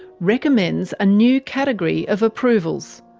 recommends a new category of approvals,